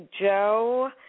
Joe